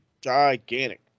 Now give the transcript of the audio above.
Gigantic